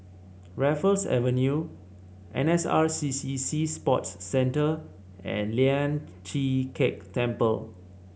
Raffles Avenue N S R C C Sea Sports Centre and Lian Chee Kek Temple